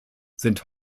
sind